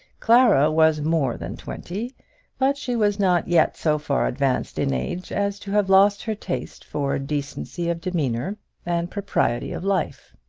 clara was more than twenty but she was not yet so far advanced in age as to have lost her taste for decency of demeanour and propriety of life.